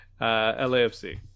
LaFC